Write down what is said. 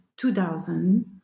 2000